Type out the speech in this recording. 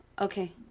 Okay